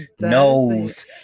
knows